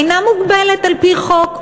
אינה מוגבלת על-פי חוק,